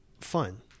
fun